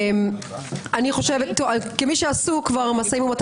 לא להגיע למצב שבו נדרשת הסכמה דווקא של שופטים למינוי.